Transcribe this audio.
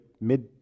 mid